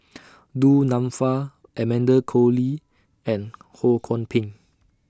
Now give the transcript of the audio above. Du Nanfa Amanda Koe Lee and Ho Kwon Ping